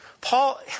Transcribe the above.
Paul